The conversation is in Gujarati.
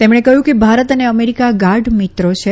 તેમણે કહયું કે ભારત અને અમેરીકા ગાઢ મિત્રો છે